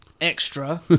Extra